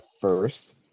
first